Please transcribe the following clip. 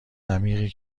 عمیقی